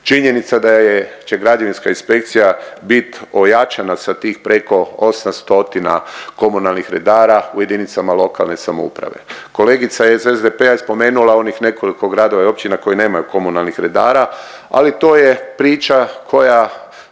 Činjenica da je, će građevinska inspekcija biti ojačana sa tih preko 800 komunalnih redara u jedinicama lokalne samouprave. Kolegica iz SDP-a je spomenula onih nekoliko gradova i općina koji nemaju komunalnih redara, ali to je priča koja